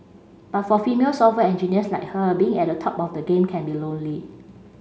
but for female software engineers like her being at the top of the game can be lonely